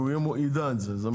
שהוא ידע את זה.